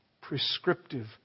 prescriptive